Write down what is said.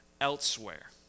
elsewhere